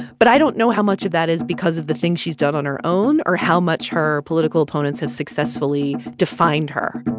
but i don't know how much of that is because of the things she's done on her own or how much her political opponents have successfully defined her